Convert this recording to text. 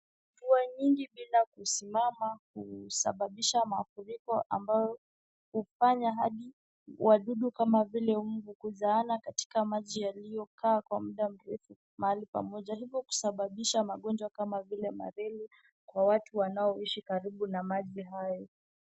Mvua nyingi bila kusimama husababisha mafuriko ambayo hufanya hadi wadudu kama vile mbu kuzaana katika maji yaliyokaa kwa muda mrefu mahali pamoja hivo kusababisha magonjwa kama vile malaria kwa watu wanaoishi karibu na maji hayo.